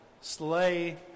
slay